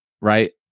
right